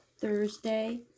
Thursday